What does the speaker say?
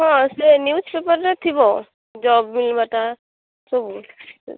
ହଁ ସେ newspaper ରେ ଥିବ ଜବ ମିଳିବାଟା ସବୁ